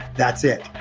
that's it.